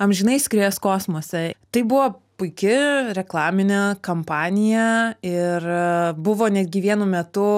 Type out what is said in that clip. amžinai skries kosmose tai buvo puiki reklaminė kampanija ir buvo netgi vienu metu